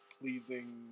pleasing